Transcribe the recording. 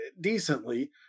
decently